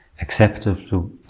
acceptable